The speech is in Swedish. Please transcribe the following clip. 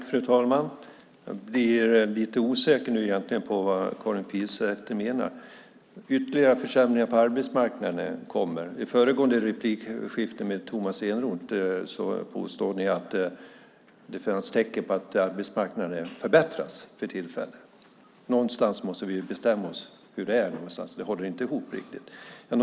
Fru talman! Jag blir lite osäker på vad Karin Pilsäter menar. Hon talar om att det blir ytterligare försämringar på arbetsmarknaden. I föregående replikskifte med Tomas Eneroth påstods att det finns tecken på att arbetsmarknaden förbättras för tillfället. Någonstans måste man bestämma sig för hur det är. Detta håller inte riktigt ihop.